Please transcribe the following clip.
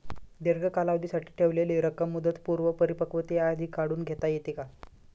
दीर्घ कालावधीसाठी ठेवलेली रक्कम मुदतपूर्व परिपक्वतेआधी काढून घेता येते का?